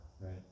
Right